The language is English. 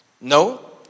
No